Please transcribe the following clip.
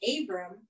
Abram